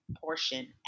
portion